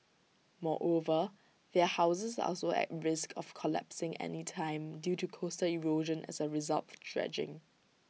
moreover their houses are also at risk of collapsing anytime due to coastal erosion as A result of dredging